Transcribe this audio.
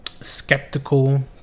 skeptical